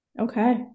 Okay